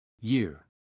Year